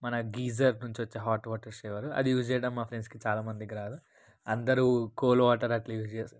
మన గ్రీజర్ నుంచొచ్చే hot water shower అది యూజ్ చేయడం మా ఫ్రెండ్స్కి చాలా మందికి రాదు అందరూ కోల్డ్ వాటర్ అట్లా యూజ్ చేస్తుండే